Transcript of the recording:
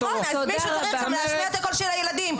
נכון, אז מישהו צריך להשמיע את הקול של הילדים.